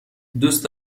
دوست